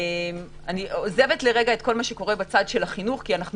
אני עוזבת את כל מה שקורה בצד החינוך כי אנחנו